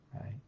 right